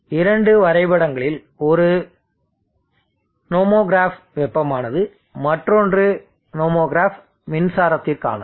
இரண்டு வரைபடங்களில் ஒரு நோமோகிராஃப் வெப்பமானது மற்றொன்று நோமோகிராஃப் மின்சாரத்திற்கானது